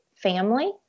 family